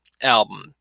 album